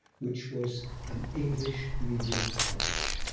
which was an english medium college.